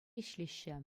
ӗҫлеҫҫӗ